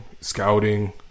scouting